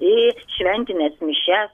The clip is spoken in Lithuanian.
į šventines mišias